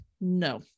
no